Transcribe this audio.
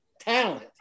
talent